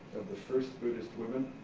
of the first buddhist women